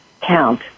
count